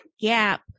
gap